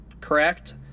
correct